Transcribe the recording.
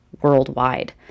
worldwide